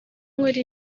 nkora